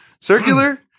circular